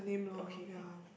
okay can